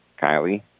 Kylie